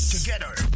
Together